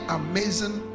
amazing